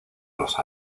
los